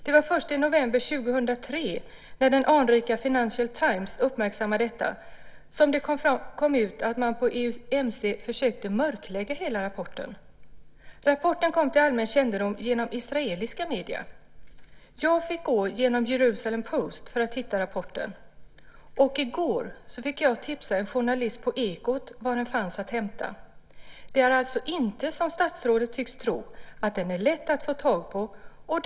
Det var först i november 2003, när anrika Financial Times uppmärksammade detta, som det kom ut att man på EUMC försökte mörklägga hela rapporten. Rapporten kom till allmän kännedom genom israeliska medier. Jag fick gå genom Jerusalem Post för att hitta rapporten. I går fick jag tipsa en journalist på Ekot om var den fanns att hämta. Det är alltså inte som statsrådet tycks tro - att det är lätt att få tag på rapporten.